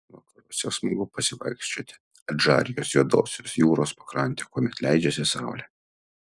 vakaruose smagu pasivaikščioti adžarijos juodosios jūros pakrante kuomet leidžiasi saulė